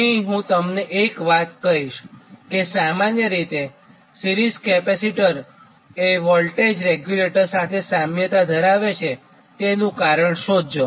અહીં ફક્ત હું તમને એક વાત કહીશ કે સામાન્ય રીતે સિરીઝ કેપેસિટર એ વોલ્ટેજ રેગ્યુલેટર સાથે સામ્યતા ધરાવે છે તેનું કારણ શોધજો